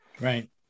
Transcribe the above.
right